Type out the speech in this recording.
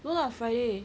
no lah friday